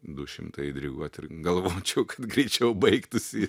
du šimtąjį diriguot ir galvočiau greičiau baigtųsi